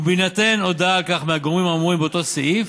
ובהינתן הודעה על כך מהגורמים האמורים באותו סעיף,